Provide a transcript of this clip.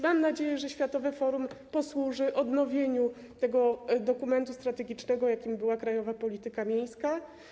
Mam nadzieję, że Światowe Forum Miejskie posłuży odnowieniu tego dokumentu strategicznego, którym była krajowa polityka miejska.